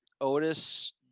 Otis